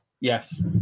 Yes